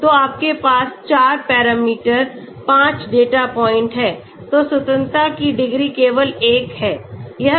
तो आपके पास 4 पैरामीटर 5 डेटा पॉइंट हैं तो स्वतंत्रता की डिग्री केवल 1 है